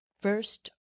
first